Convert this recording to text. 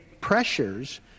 pressures